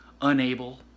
Unable